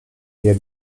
her